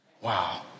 Wow